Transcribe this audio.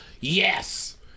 yes